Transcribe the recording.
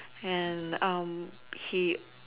and um he